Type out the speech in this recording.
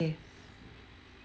okay